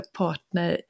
partner